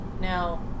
Now